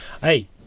Hey